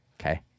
Okay